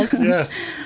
Yes